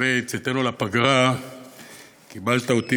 לפני צאתנו לפגרה קיבלת אותי